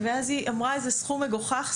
והיא אמרה לי סכום מגוחך,